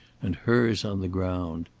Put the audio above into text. and hers on the ground.